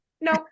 no